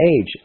age